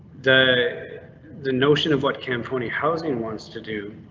the the notion of what camponi housing wants to do.